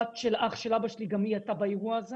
הבת של אח של אבא שלי הייתה גם היא באירוע הזה